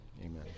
Amen